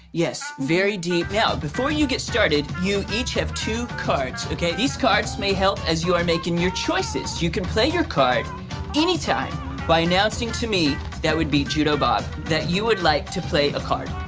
yes, very deep. now, before you get started, you each have two cards, okay? these cards may help as you are making your choices. you can play your card any time by announcing to me, that would be judo bob, that you would like to play a card.